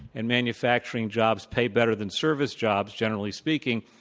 and manufacturing jobs pay better than service jobs generally speaking,